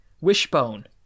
Wishbone